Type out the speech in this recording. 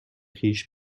خویش